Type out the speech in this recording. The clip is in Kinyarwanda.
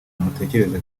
mutekereze